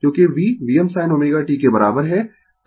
क्योंकि V Vm sin ω t के बराबर है